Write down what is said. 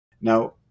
Now